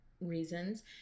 reasons